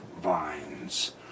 vines